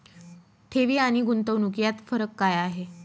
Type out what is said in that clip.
ठेवी आणि गुंतवणूक यात फरक काय आहे?